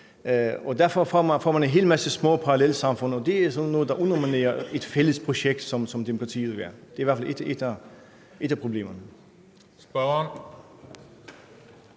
derfor får man en hel masse små parallelsamfund, og det er jo sådan noget, der underminerer et fælles projekt, som demokratiet er. Det er i hvert fald et af problemerne.